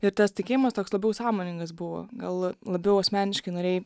ir tas tikėjimas toks labiau sąmoningas buvo gal labiau asmeniškai norėjai